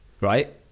Right